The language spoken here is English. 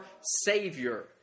Savior